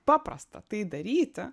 paprasta tai daryti